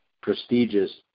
prestigious